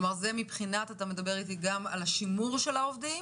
אתה מדבר איתי גם על השימור של העובדים,